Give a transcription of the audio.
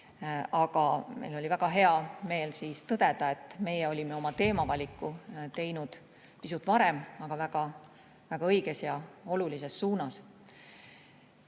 aga meil oli väga hea meel tõdeda, et meie olime oma teemavaliku teinud pisut varem, aga väga õiges ja olulises suunas.